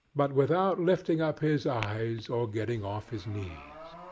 but without lifting up his eyes, or getting off his knees.